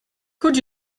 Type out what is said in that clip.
could